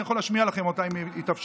אני יכול להשמיע לכם אותה אם יתאפשר.